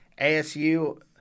ASU